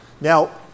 Now